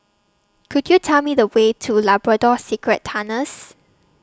Could YOU Tell Me The Way to Labrador Secret Tunnels